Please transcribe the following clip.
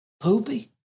Poopy